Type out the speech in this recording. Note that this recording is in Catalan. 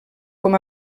com